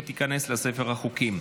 ותיכנס לספר החוקים.